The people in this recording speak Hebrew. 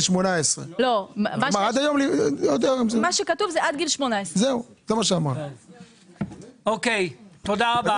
18. מה שכתוב זה עד גיל 18. תודה רבה.